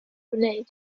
gwneud